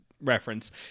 reference